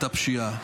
את הפשיעה.